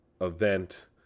event